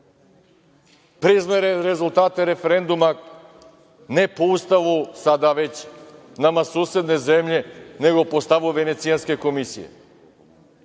Priznao je rezultate referenduma, ne po Ustavu, sada već nama susedne zemlje, nego po stavu Venecijanske komisije. Sad,